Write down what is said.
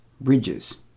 Bridges